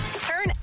Turn